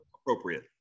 appropriate